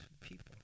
people